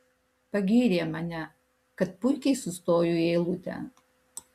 pagyrė mane kad puikiai sustoju į eilutę